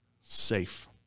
safe